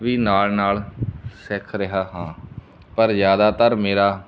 ਵੀ ਨਾਲ ਨਾਲ ਸਿੱਖ ਰਿਹਾ ਹਾਂ ਪਰ ਜ਼ਿਆਦਾਤਰ ਮੇਰਾ